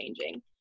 changing